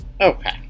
Okay